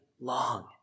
long